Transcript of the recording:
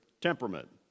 temperament